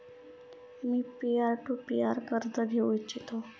me peer to peer कर्ज घेऊ इच्छितो